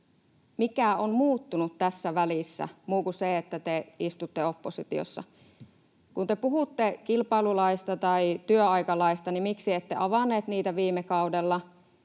Mikä on muuttunut tässä välissä, muu kuin se, että te istutte oppositiossa? Kun te puhutte kilpailulaista tai työaikalaista, niin miksi ette avanneet niitä viime kaudella?